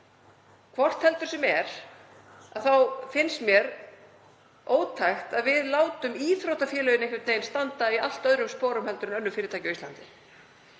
Hvort heldur sem er þá finnst mér ótækt að við látum íþróttafélög standa í allt öðrum sporum en önnur fyrirtæki á Íslandi.